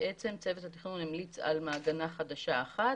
צוות התכנון המליץ על מעגנה חדשה אחת